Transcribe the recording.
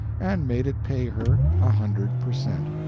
and made it pay her a hundred per cent.